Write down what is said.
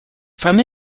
from